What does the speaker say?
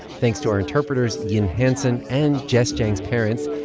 thanks to our interpreters yin hanson and jess jiang's parents,